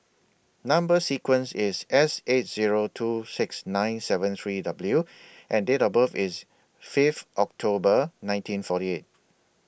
Number sequence IS S eight Zero two six nine seven three W and Date of birth IS Fifth October nineteen forty eight